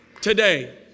today